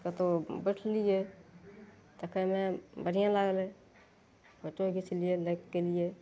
की कतहु बैठलियै तकर बाद मजा लागलय फोटो घीचलियै लएके अयलियै